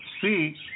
See